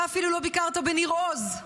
אתה אפילו לא ביקרת בניר עוז.